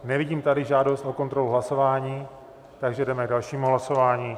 Nevidím tady žádost o kontrolu hlasování, takže jdeme k dalšímu hlasování.